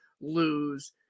lose